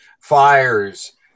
fires